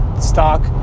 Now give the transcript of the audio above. stock